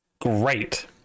Great